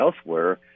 elsewhere